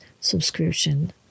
subscription